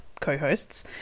co-hosts